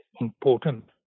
important